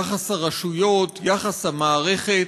יחס הרשויות, יחס המערכת,